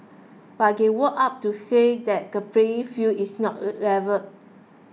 but they woke up to say that the playing field is not level